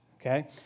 okay